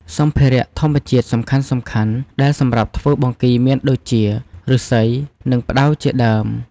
សម្ភារៈធម្មជាតិសំខាន់ៗដែលសម្រាប់ធ្វើបង្គីមានដូចជា ឫស្សី និងផ្តៅជាដើម។